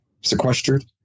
sequestered